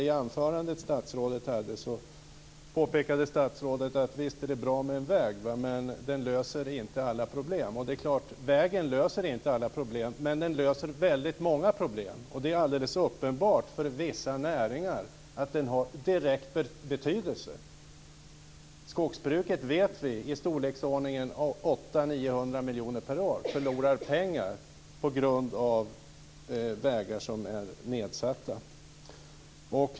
I anförandet som statsrådet höll påpekade hon att visst är det bra med en väg, men den löser inte alla problem. Och det är klart - vägen löser inte alla problem. Men den löser väldigt många problem. Det är alldeles uppenbart att den har direkt betydelse för vissa näringar. Vi vet att skogsbruket förlorar pengar i storleksordningen 800 900 miljoner per år på grund av vägar som är eftersatta.